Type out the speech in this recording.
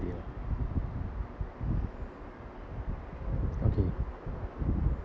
okay